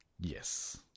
Yes